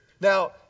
Now